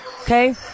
okay